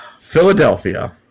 Philadelphia